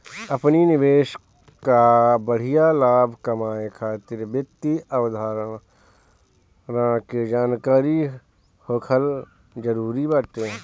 अपनी निवेश कअ बढ़िया लाभ कमाए खातिर वित्तीय अवधारणा के जानकरी होखल जरुरी बाटे